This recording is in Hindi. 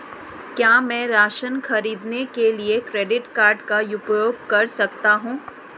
क्या मैं राशन खरीदने के लिए क्रेडिट कार्ड का उपयोग कर सकता हूँ?